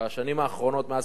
מאז כניסתי לתפקיד,